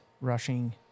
rushing